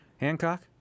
Hancock